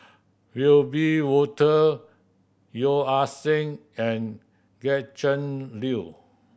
Wiebe Wolter Yeo Ah Seng and Gretchen Liu